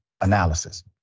analysis